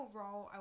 role